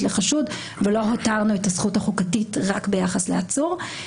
לחשוד ולא הותרנו את הזכות החוקתית רק ביחס לעצור.